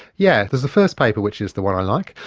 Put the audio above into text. yes, there's the first paper, which is the one i like,